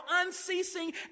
unceasing